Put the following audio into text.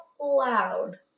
loud